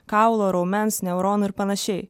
kaulo raumens neuronų ir panašiai